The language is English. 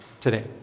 today